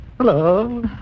Hello